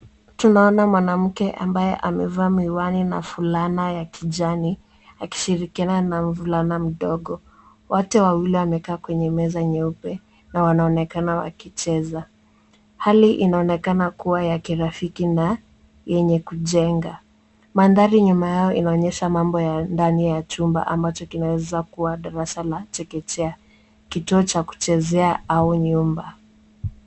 Tunaona mwanamke ambaye amevaa miwani na fulana ya kijani, akishirikiana na mvulana mdogo. Wote wawili wamekaa kwenye meza nyeupe na wanaonekana wakicheza. Hali inaonekana kuwa ya kirafiki na yenye kujenga. Mandhari nyuma yao inaonyesha mambo ya ndani ya chumba ambacho kinaweza kuwa darasa la chekechea, kituo cha kuchezea au nyumba.